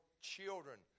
children